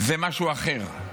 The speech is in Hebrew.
זה משהו אחר.